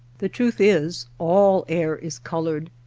the truth is all air is colored,